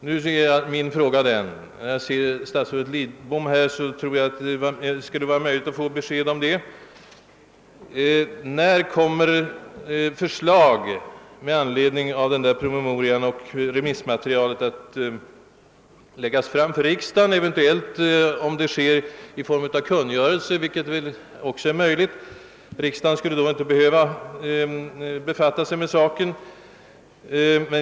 Nu är min fråga — jag ser statsrådet Lidbom här i kammaren och tror därför att det skall vara möjligt att få besked — denna: När kommer förslag med anledning av promemorian och remissmaterialet att läggas fram för riksdagen? Redovisningen kan naturligtvis också leda fram till en kungörelse om lokalorganen, och riksdagen behövde då inte direkt befatta sig med saken.